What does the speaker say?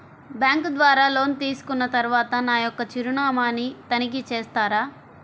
Bank ద్వారా loan తీసుకున్న తరువాత నా యొక్క చిరునామాని తనిఖీ చేస్తారా?